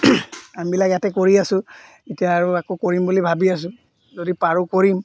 আমিবিলাক ইয়াতে কৰি আছোঁ এতিয়া আৰু আকৌ কৰিম বুলি ভাবি আছোঁ যদি পাৰোঁ কৰিম